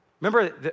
Remember